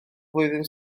flwyddyn